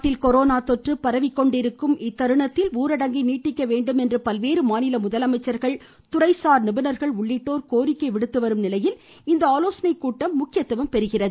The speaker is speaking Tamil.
நாட்டில் கொரோனா தொற்று பரவிக்கொண்டிருக்கும் நிலையில் ஊரடங்கை நீட்டிக்க வேண்டும் என்று பல்வேறு மாநில முதலமைச்சர்கள் துறை சார் நிபுணர்கள் உள்ளிட்டோர் கோரிக்கை விடுத்து வரும் நிலையில் இந்த ஆலோசனைக்கூட்டம் முக்கியத்துவம் பெறுகிறது